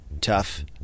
tough